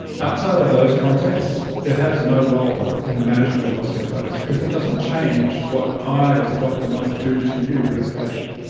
outside of those contexts, it has no role in the management of osteoarthritis because it doesn't change what i as a doctor might do to you as a patient.